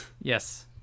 Yes